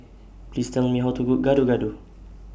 Please Tell Me How to Cook Gado Gado